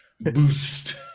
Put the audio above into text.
boost